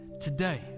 today